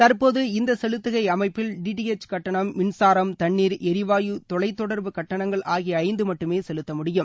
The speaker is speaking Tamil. தற்போது இந்த செலுத்துகை அமைப்பில் டிடிஎச் கட்டணம் மின்சாரம் தண்ணீர் எரிவாயு தொலைத் தொடர்பு கட்டணங்கள் ஆகிய ஐந்து மட்டுமே செலுத்த முடியும்